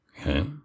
Okay